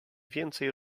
więcej